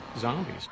zombies